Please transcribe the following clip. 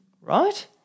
Right